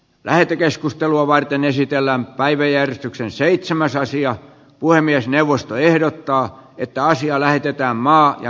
lähetekeskustelua varten esitellään päiväjärjestyksen seitsemäs asiat puhemiesneuvosto ehdottaa että asia lähetetään herra puhemies